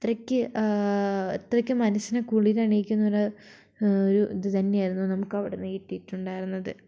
അത്രയ്ക്ക് അത്രയ്ക്ക് മനസ്സിന് കുളിരണിയിക്കുന്ന ഒരു ഒരു ഇത് തന്നെയായിരുന്നു നമുക്കവിടെനിന്ന് കിട്ടിയിട്ടുണ്ടായിരുന്നത്